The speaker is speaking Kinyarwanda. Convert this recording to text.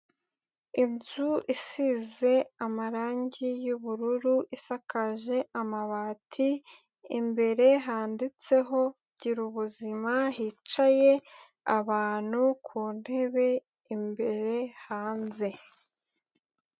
Inzu isize amarangi y'ubururu, isakaje amabati, imbere handitseho girubuzima, hicaye abantu ku ntebe imbere hanze.